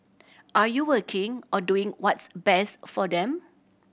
are you working or doing what's best for them